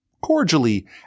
cordially